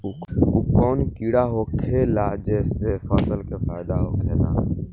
उ कौन कीड़ा होखेला जेसे फसल के फ़ायदा होखे ला?